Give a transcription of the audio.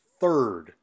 third